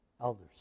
elders